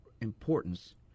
importance